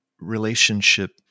relationship